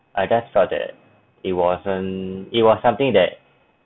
I just felt that it wasn't it was something that